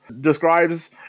describes